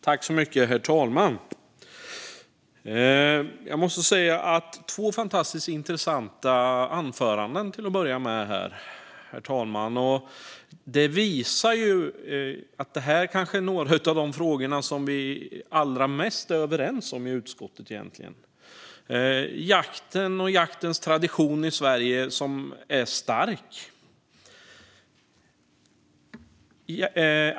Herr talman! Det var två fantastiskt intressanta anföranden, måste jag börja med att säga. Det visar att detta kanske är några av de frågor som vi är allra mest överens om i utskottet. Jaktens tradition i Sverige är stark.